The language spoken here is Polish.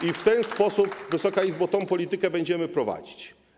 I w ten sposób, Wysoka Izbo, tę politykę będziemy prowadzić.